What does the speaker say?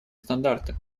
стандарты